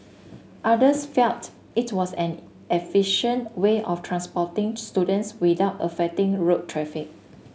others felt it was an efficient way of transporting students without affecting road traffic